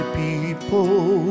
people